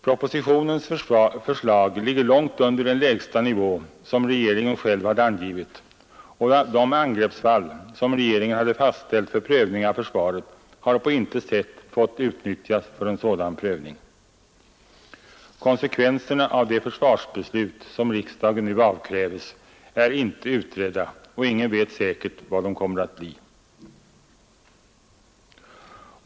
Propositionens förslag ligger långt under den lägsta nivå som regeringen själv hade angivit, och de angreppsfall som regeringen hade fastställt för prövning av försvaret har på intet sätt fått utnyttjas för en sådan prövning. Konsekvenserna av det försvarsbeslut som riksdagen nu avkrävs är inte utredda, och ingen vet säkert vad de kommer att bli.